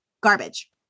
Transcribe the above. garbage